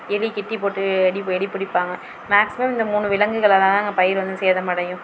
எலி கிட்டி போட்டு எலி எலி பிடிப்பாங்க மேக்ஸிமம் இந்த மூணு விலங்குகளால் தாங்க பயிர் வந்து சேதம் அடையும்